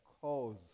cause